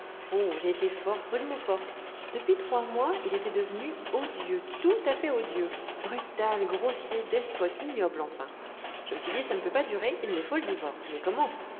j'ai été forte rudement forte depuis trois mois il était devenu odieux tout à fait odieux brutal grossier despote ignoble enfin je me suis dit ça ne peut pas durer il me faut le divorce mais comment